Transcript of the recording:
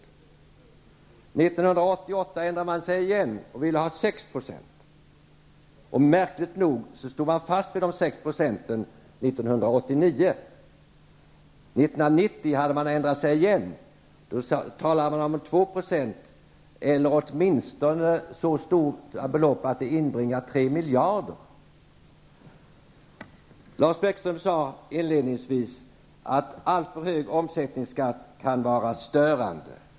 År 1988 ändrade man sig igen och ville ha 6 %. Märkligt nog stod man fast vid 6 % år 1989. År 1990 hade man ändrat sig igen och talade då om 2 % eller åtminstone så stora belopp att de inbringade 3 miljarder. Lars Bäckström sade inledningsvis att en alltför hög omsättningsskatt kan vara störande.